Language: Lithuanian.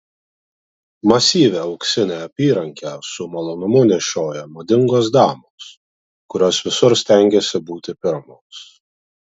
masyvią auksinę apyrankę su malonumu nešioja madingos damos kurios visur stengiasi būti pirmos